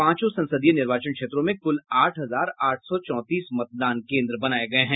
पांचों संसदीय निर्वाचन क्षेत्रों में कुल आठ हजार आठ सौ चौंतीस मतदान केन्द्र बनाये गये हैं